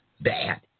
bad